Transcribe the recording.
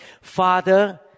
Father